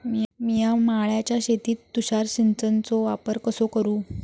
मिया माळ्याच्या शेतीत तुषार सिंचनचो वापर कसो करू?